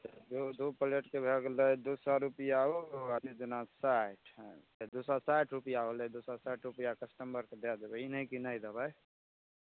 तऽ दू दू प्लेटके भऽ गेलै दू सए रुपैआ ओ आओर जे नाश्ता हइ तऽ दू सए साठि रुपैआ होलै दू सए साठि रुपैआ कस्टमरकेँ दऽ देबै ई नहि कि नहि देबै